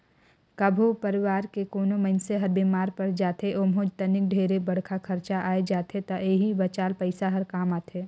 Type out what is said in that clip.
कभो परवार के कोनो मइनसे हर बेमार पर जाथे ओम्हे तनिक ढेरे बड़खा खरचा आये जाथे त एही बचाल पइसा हर काम आथे